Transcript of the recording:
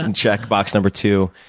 and check box number two.